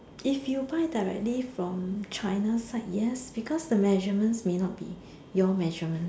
if you buy directly from China site yes because the measurements may not be your measurement